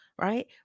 right